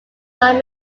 not